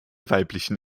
weiblichen